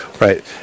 Right